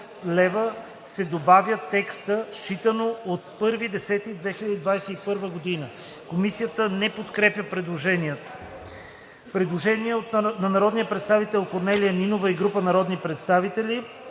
„лв.“ се добавя текста „Считано от 1.10.2021г.“ Комисията не подкрепя предложението. Предложение на народния представител Корнелия Нинова и група народни представители: